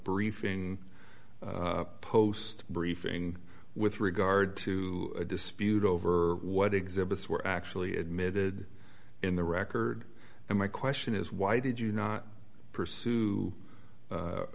briefing post briefing with regard to a dispute over what exhibits were actually admitted in the record and my question is why did you not pursue